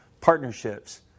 partnerships